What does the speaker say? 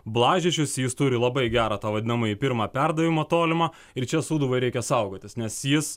blažičius jis turi labai gerą tą vadinamąjį pirmą perdavimą tolimą ir čia sūduvai reikia saugotis nes jis